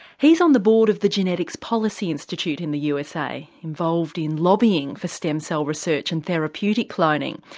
he's on the board of the genetics policy institute in the usa involved in lobbying for stem cell research and therapeutic cloning.